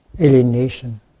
alienation